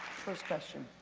first question.